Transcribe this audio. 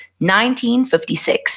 1956